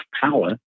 power